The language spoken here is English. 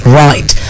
right